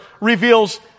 reveals